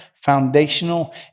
foundational